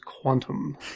Quantum